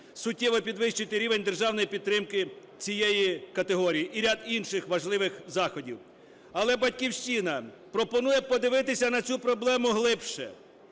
суттєво підвищити рівень державної підтримки цієї категорії і ряд інших важливих заходів. Але "Батьківщина" пропонує подивитися на цю проблему глибше.